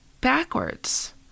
backwards